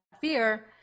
fear